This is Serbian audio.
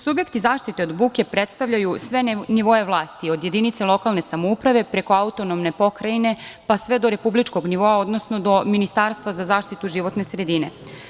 Subjekti zaštite od buke predstavljaju sve nivoe vlasti od jedinica lokalne samouprave, preko autonomne pokrajine, pa sve do republičkog nivoa, odnosno do Ministarstva za zaštitu životne sredine.